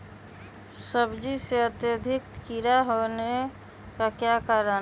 सब्जी में अत्यधिक कीड़ा होने का क्या कारण हैं?